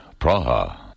Praha